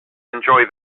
enjoy